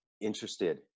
interested